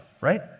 right